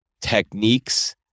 techniques